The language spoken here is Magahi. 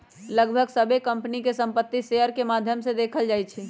लगभग सभ्भे कम्पनी के संपत्ति शेयर के माद्धम से देखल जाई छई